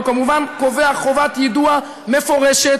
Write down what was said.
הוא כמובן קובע חובת יידוע מפורשת.